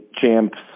champs